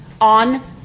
on